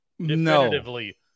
definitively